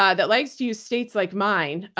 um that likes to use states like mine,